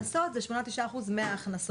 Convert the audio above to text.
בסוף זה 8-9 אחוז מההכנסות.